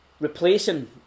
Replacing